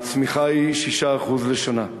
הצמיחה היא 6% לשנה.